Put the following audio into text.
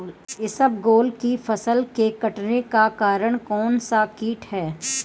इसबगोल की फसल के कटने का कारण कौनसा कीट है?